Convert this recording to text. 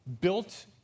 built